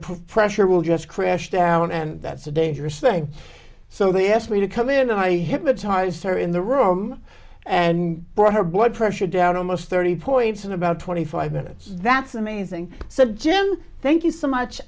they're pressure will just crash down and that's a dangerous thing so they asked me to come in and i hypnotized her in the room and brought her blood pressure down almost thirty points in about twenty five minutes that's amazing so jim thank you so much